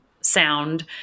sound